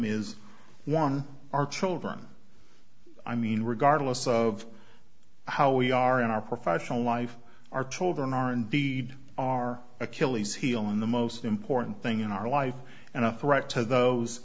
is one our children i mean regardless of how we are in our professional life our children are indeed our achilles heel and the most important thing in our life and a threat to those